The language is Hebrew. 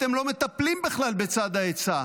אתם לא מטפלים בכלל בצד ההיצע.